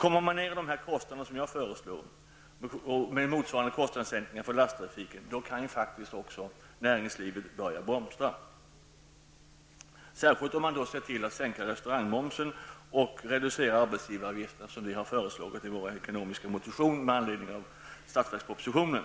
Kommer man ned till den kostnadsnivå som jag föreslår med motsvarande kostnadssänkningar för lasttrafiken, kan ju faktiskt näringslivet börja blomstra. Det gäller särskilt om man ser till att sänka restaurangmomsen och reducera arbetsgivaravgiften, vilket vi har föreslagit i vår ekonomiska motion med anledning av statsverkspropositionen.